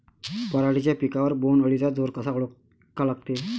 पराटीच्या पिकावर बोण्ड अळीचा जोर कसा ओळखा लागते?